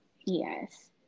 yes